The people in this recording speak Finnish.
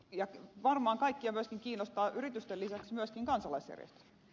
ja varmaan kaikkia myöskin kiinnostavat yritysten lisäksi myöskin kansalaisjärjestöt